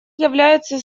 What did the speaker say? являются